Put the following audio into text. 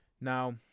now